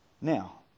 Now